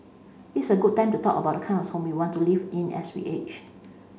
this a good time to talk about the kind of homes we want to live in as we age